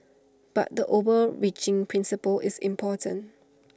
but the overreaching principle is important